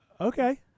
Okay